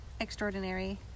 extraordinary